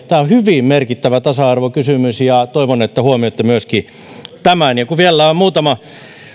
tämä on hyvin merkittävä tasa arvokysymys ja toivon että huomioitte myöskin tämän kun vielä on muutama